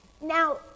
Now